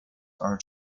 are